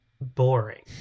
boring